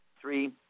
three